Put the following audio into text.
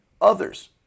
others